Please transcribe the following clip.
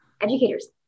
educators